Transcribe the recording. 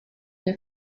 der